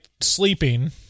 sleeping